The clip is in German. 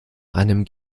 einem